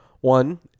one